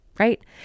Right